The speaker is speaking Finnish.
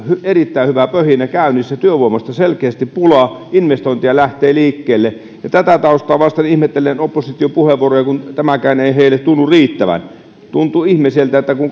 erittäin hyvä pöhinä käynnissä työvoimasta selkeästi pulaa investointeja lähtee liikkeelle ja tätä taustaa vasten ihmettelen opposition puheenvuoroja kun tämäkään ei heille tunnu riittävän tuntuu ihmeelliseltä että kun